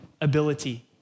ability